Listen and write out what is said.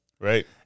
Right